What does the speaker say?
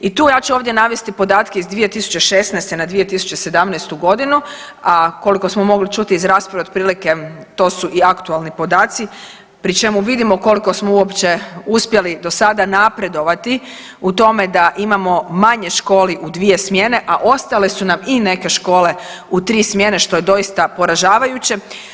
I tu, ja ću ovdje navesti podatke iz 2016. na 2017. godinu, a koliko smo mogli čuti iz rasprave otprilike to su i aktualni podaci pri čemu vidimo koliko smo uopće uspjeli do sada napredovati u tome da imamo manje školi u dvije smjene, a ostale su nam i neke škole u 3 smjene što je doista poražavajuće.